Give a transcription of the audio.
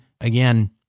Again